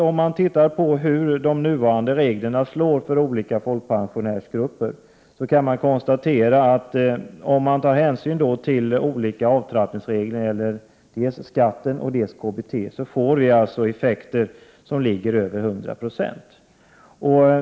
Om vi ser på hur de nuvarande reglerna slår för olika folkpensionärsgrupper, kan vi konstatera att om man tar hänsyn till olika avtrappningsregler när det gäller dels skatt, dels KBT får vi alltså marginaleffekter som ligger över 100 20.